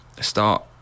start